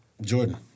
Jordan